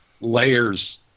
layers